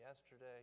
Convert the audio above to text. yesterday